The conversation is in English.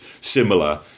similar